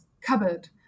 cupboard